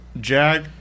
jack